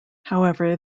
however